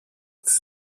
τις